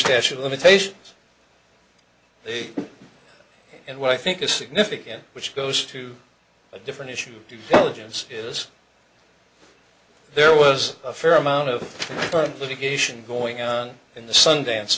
special limitations a and what i think is significant which goes to a different issue is there was a fair amount of litigation going on in the sundance